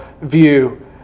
view